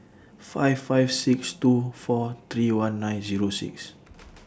five five six two four three one nine Zero six